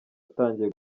atangiye